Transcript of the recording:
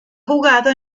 jugado